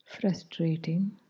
frustrating